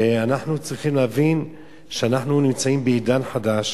ואנחנו צריכים להבין שאנחנו נמצאים בעידן חדש.